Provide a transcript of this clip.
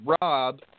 Rob